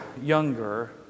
younger